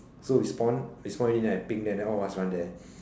so we spawn we spawn already then I ping them then all of us run there